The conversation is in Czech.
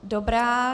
Dobrá.